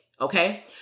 Okay